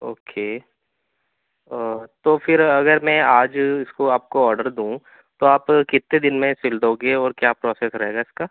okay او تو پھر اگر میں آج اس کو آپ کو آڈر دوں تو آپ کتنے دن میں سل دوگے اور کیا پروسس رہے گا اس کا